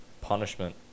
punishment